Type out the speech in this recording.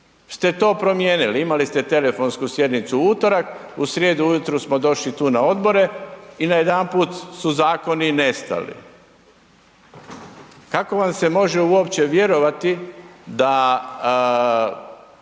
ste to promijenili, imali ste telefonsku sjednicu u utorak, u srijedu ujutro smo došli tu na odbore i najedanput su zakoni nestali. Kako vam se može uopće vjerovati da